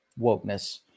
wokeness